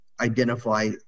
identify